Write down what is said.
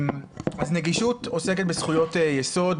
נגישות עוסקת בזכויות יסוד,